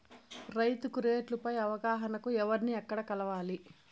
రైతుకు రేట్లు పై అవగాహనకు ఎవర్ని ఎక్కడ కలవాలి?